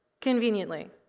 conveniently